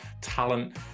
talent